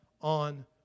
on